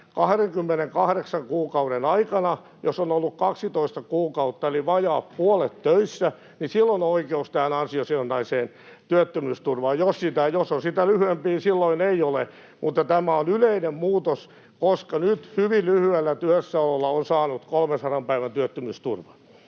28 kuukauden aikana, jos on ollut 12 kuukautta eli vajaa puolet töissä. Silloin on oikeus ansiosidonnaiseen työttömyysturvaan. Jos on sitä lyhyempi, niin silloin ei ole. Tämä on yleinen muutos, koska nyt hyvin lyhyellä työssäololla on saanut 300 päivän työttömyysturvan.